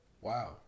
Wow